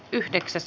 asia